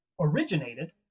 originated